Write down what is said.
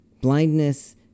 blindness